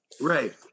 Right